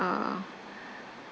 uh